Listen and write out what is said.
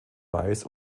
weiß